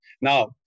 Now